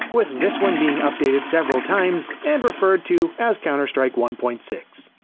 with this one being updated several times and referred to as counter-strike one point six.